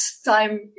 time